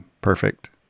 perfect